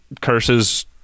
curses